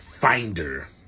finder